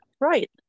Right